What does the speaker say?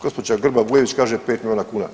Gospođa Grba Bujević kaže 5 milijuna kuna.